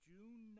June